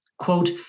Quote